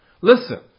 Listen